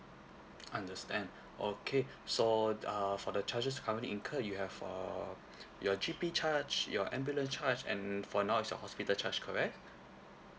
understand okay so uh for the charges currently incurred you have err your G_P charge your ambulance charge and for now it's your hospital charge correct